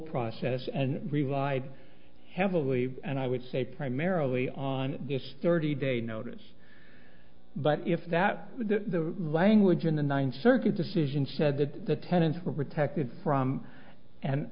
process and relied heavily and i would say primarily on this thirty day notice but if that was the language in the ninth circuit decision said that the tenants were protected from an